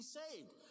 saved